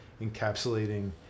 encapsulating